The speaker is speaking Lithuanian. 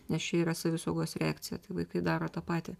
nes čia yra savisaugos reakcija tai vaikai daro tą patį